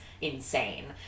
insane